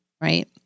right